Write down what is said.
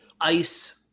ice